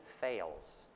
fails